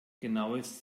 genaues